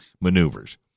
maneuvers